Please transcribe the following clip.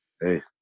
Hey